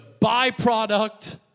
byproduct